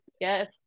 yes